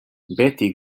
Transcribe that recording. behetik